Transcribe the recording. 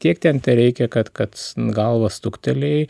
kiek ten tereikia kad kad galvą stuktelėjai